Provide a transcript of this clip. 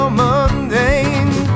mundane